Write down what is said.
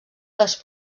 les